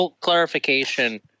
clarification